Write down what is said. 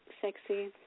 sexy